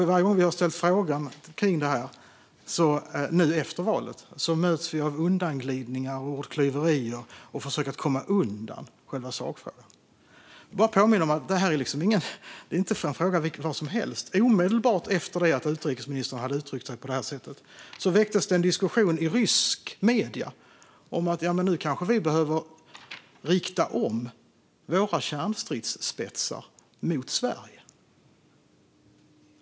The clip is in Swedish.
Men varje gång vi har ställt frågor om detta nu efter valet har vi mötts av undanglidningar, ordklyverier och försök att komma undan själva sakfrågan. Jag vill påminna om att det här inte är vilken fråga som helst. Omedelbart efter det att utrikesministern hade uttryckt sig på det här sättet väcktes en diskussion i ryska medier om att man nu kanske behöver rikta om sina kärnstridsspetsar mot Sverige.